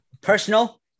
Personal